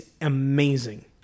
amazing